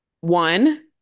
one